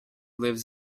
lives